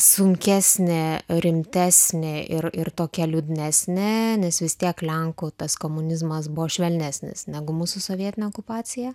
sunkesnė rimtesnė ir ir tokia liūdnesnė nes vis tiek lenkų tas komunizmas buvo švelnesnis negu mūsų sovietinė okupacija